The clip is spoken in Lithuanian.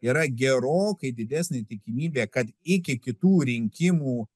yra gerokai didesnė tikimybė kad iki kitų rinkimų